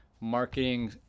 Marketing